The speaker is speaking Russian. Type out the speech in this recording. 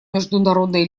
международной